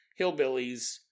hillbillies